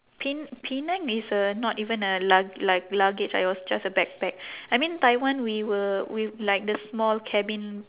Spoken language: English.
pen~ penang it's a not even a lug~ lug~ luggage it was just a backpack I mean taiwan we were we like the small cabin